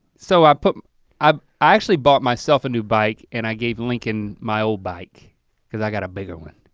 so i but i actually bought myself a new bike and i gave lincoln my old bike cause i got a bigger one.